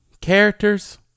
characters